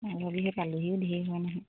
মাঘৰ বিহুত আলহিও ঢেৰ হয় নহয়